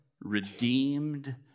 redeemed